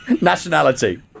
Nationality